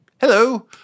Hello